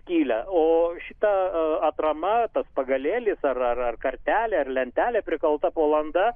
skylę o šita atrama tas pagalėlis ar ar kartelė ar lentelė prikalta po landa